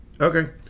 Okay